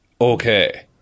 Okay